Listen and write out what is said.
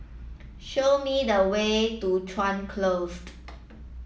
show me the way to Chuan Closed